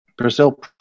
Brazil